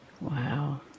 wow